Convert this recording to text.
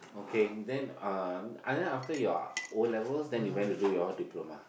okay then um and then after your O-levels then you went to do your diploma